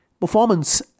performance